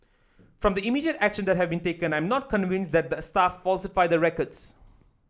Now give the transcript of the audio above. from the immediate action that have been taken I am not convinced that the staff falsified the records